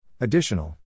Additional